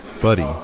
Buddy